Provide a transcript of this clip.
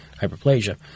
hyperplasia